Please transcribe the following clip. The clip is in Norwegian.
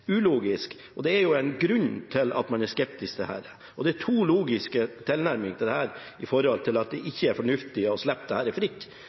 ulogisk. Det er en grunn til at man er skeptisk til dette. Det er to logiske tilnærminger til at det ikke er